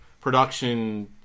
production